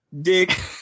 Dick